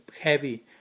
heavy